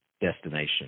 destination